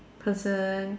person